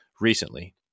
recently